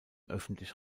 öffentlich